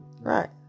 Right